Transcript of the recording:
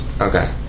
Okay